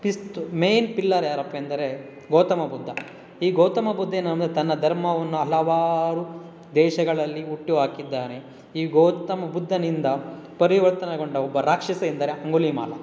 ಪಿಸ್ತು main pillar ಯಾರಪ್ಪ ಎಂದರೆ ಗೌತಮ ಬುದ್ಧ ಈ ಗೌತಮ ಬುದ್ಧ ಏನಂದ್ರೆ ತನ್ನ ಧರ್ಮವನ್ನು ಹಲವಾರು ದೇಶಗಳಲ್ಲಿ ಹುಟ್ಟು ಹಾಕಿದ್ದಾನೆ ಈ ಗೌತಮ ಬುದ್ಧನಿಂದ ಪರಿವರ್ತನೆಗೊಂಡ ಒಬ್ಬ ರಾಕ್ಷಸ ಎಂದರೆ ಅಂಗುಲಿ ಮಾಲಾ